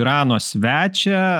irano svečią